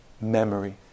memory